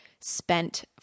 spent